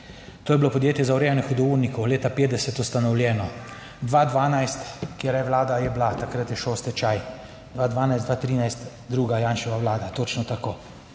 to je bilo Podjetje za urejanje hudournikov, leta 50 ustanovljeno. 2012, katera Vlada je bila, takrat je šel v stečaj, 2012-2013 druga Janševa vlada, točno tako.